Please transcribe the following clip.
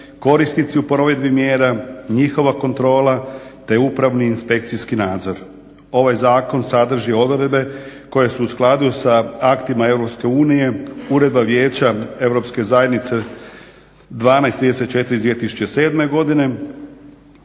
korisnici u provedbi mjera, njihova kontrola, te upravni i inspekcijski nadzor. Ovaj zakon sadrži odredbe koje su u skladu sa aktima EU, Uredba Vijeća Europske